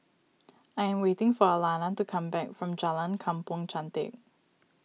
I am waiting for Alana to come back from Jalan Kampong Chantek